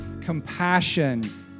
compassion